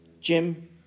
Jim